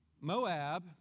Moab